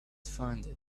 find